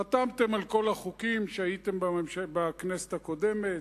חתמתם על כל החוקים כשהייתם בכנסת הקודמת,